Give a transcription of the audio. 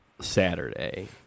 Saturday